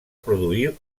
produir